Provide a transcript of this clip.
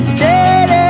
dead